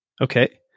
Okay